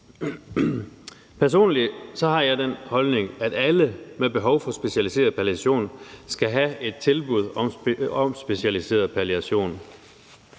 Personligt har jeg den holdning, at alle med behov for specialiseret palliation skal have et tilbud om specialiseret palliation.